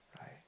right